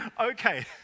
Okay